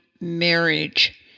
marriage